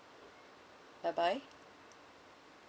bye bye